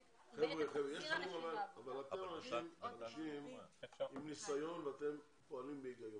אתם אנשים עם ניסיון ואתם פועלים בהגיון.